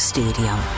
Stadium